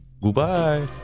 goodbye